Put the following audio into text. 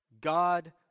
God